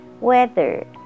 Weather